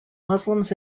muslims